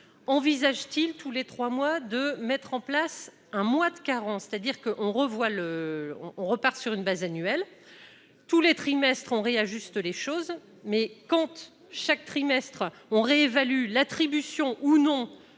envisage-t-il tous les 3 mois, de mettre en place un mois de Caron, c'est dire qu'on revoit le on repart sur une base annuelle tous les trimestres, on réajuste les choses mais compte chaque trimestre on réévalue l'attribution ou non